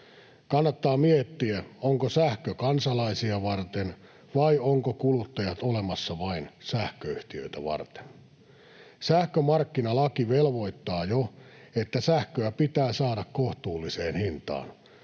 Kannattaa miettiä, onko sähkö kansalaisia varten vai ovatko kuluttajat olemassa vain sähköyhtiöitä varten. Sähkömarkkinalaki velvoittaa jo, että sähköä pitää saada kohtuulliseen hintaan.